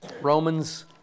Romans